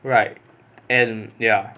right and ya